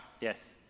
Yes